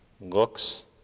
looks